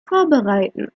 vorbereiten